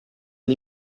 gli